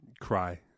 Cry